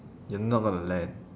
you're not going to land